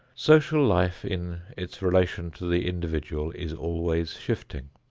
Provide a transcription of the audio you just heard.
social life in its relation to the individual is always shifting.